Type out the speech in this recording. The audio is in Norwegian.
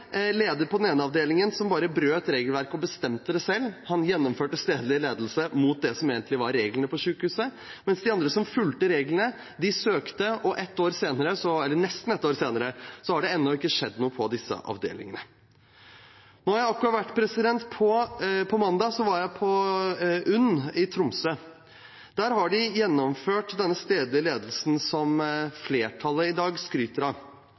leder på den ene avdelingen som bare brøt regelverket og bestemte det selv. Han gjennomførte stedlig ledelse mot det som egentlig var reglene på sykehuset. De andre som fulgte reglene, søkte, og nesten ett år senere har det ennå ikke skjedd noe på disse avdelingene. På mandag var jeg på UNN i Tromsø. Der har de gjennomført denne stedlige ledelsen som flertallet i dag skryter av,